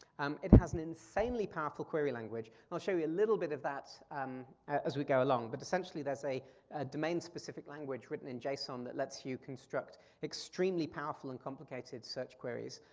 um it has an insanely powerful query language. and i'll show you a little bit of that um as we go along, but essentially, there's a domain-specific language written in json that lets you construct extremely powerful and complicated search queries.